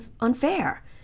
unfair